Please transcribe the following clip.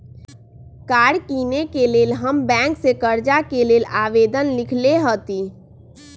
कार किनेके लेल हम बैंक से कर्जा के लेल आवेदन लिखलेए हती